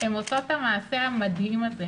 היא עושה את המעשה המדהים הזה